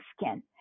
skin